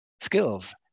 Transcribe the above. skills